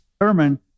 determine